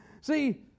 See